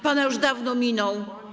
Pana już dawno minął.